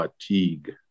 fatigue